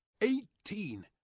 Eighteen